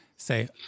Say